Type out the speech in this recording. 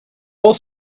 both